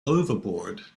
overboard